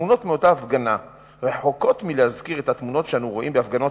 התמונות מאותה הפגנה רחוקות מלהזכיר את התמונות שאנו רואים בהפגנות